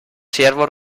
siervos